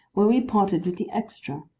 where we parted with the extra.